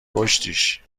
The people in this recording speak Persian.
کشتیش